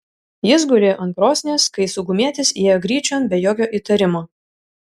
jis gulėjo ant krosnies kai saugumietis įėjo gryčion be jokio įtarimo